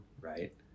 right